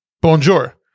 bonjour